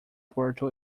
puerto